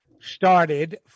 started